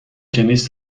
جنیس